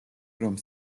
რომ